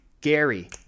Gary